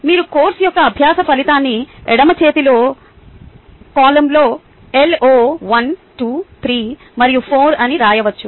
మీరు కోర్సు యొక్క అభ్యాస ఫలితాన్ని ఎడమ చేతి కాలమ్లో LO 1 2 3 మరియు 4 అని వ్రాయవచ్చు